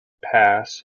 pass